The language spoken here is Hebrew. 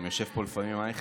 גם יושב פה לפעמים אייכלר,